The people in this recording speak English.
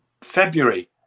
February